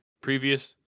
previous